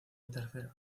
tercera